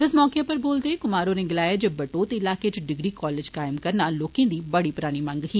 इस मौके उप्पर बोलदे होई कुमार होरें गलाया जे बटोत इलाके च डिग्री कालेज कायम करना लोकें दी बड़ी परानी मंग ही